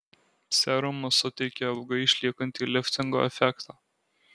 serumas suteikia ilgai išliekantį liftingo efektą